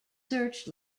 search